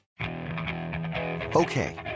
Okay